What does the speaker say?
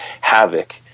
havoc